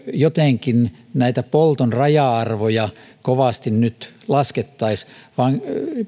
jotenkin näitä polton raja arvoja kovasti nyt laskettaisiin vaan